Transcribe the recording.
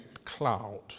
cloud